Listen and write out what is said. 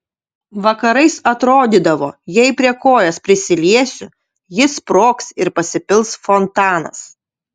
vakarais atrodydavo jei prie kojos prisiliesiu ji sprogs ir pasipils fontanas